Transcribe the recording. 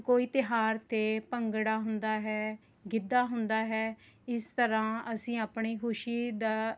ਕੋਈ ਤਿਉਹਾਰ 'ਤੇ ਭੰਗੜਾ ਹੁੰਦਾ ਹੈ ਗਿੱਧਾ ਹੁੰਦਾ ਹੈ ਇਸ ਤਰ੍ਹਾਂ ਅਸੀਂ ਆਪਣੀ ਖੁਸ਼ੀ ਦਾ